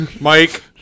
mike